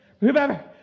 remember